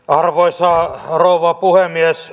arvoisa rouva puhemies